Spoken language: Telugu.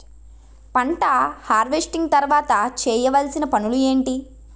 పంట హార్వెస్టింగ్ తర్వాత చేయవలసిన పనులు ఏంటి?